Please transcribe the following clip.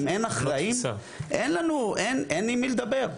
אם אין אחראים, אין עם מי לדבר.